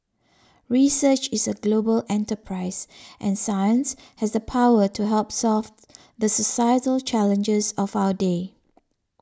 research is a global enterprise and science has the power to help solve the societal challenges of our day